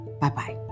Bye-bye